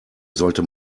sollte